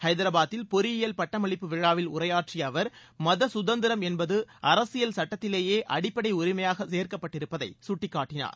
ஐதராபாத்தில் பொறியியல் பட்டமளிப்பு விழாவில் உரையாற்றிய அவர் மத கதந்திரம் என்பது அரசியல் சட்டத்திலேயே அடிப்படை உரிமையாக சேர்க்கப்பட்டிருப்பதை சுட்டிக்காட்டினார்